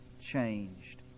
changed